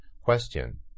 Question